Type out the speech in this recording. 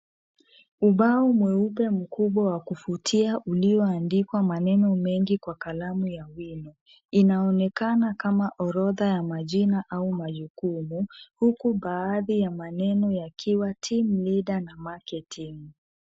Ubao mweupe mkubwa wa kuvutia ulioandikwa maneno mengi kwa karamu ya wino, inaonekana kama orodha ya majina au majukumu, huku baadhi ya maneno yakiwa team leader na marketing .